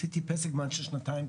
עשיתי פסק זמן של שנתיים,